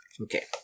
Okay